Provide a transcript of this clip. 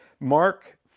Mark